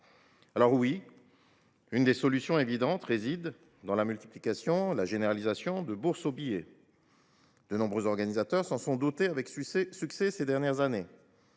victimes. Une des solutions évidentes réside dans la multiplication et la généralisation de bourses aux billets. De nombreux organisateurs s’en sont dotés avec succès ces dernières années.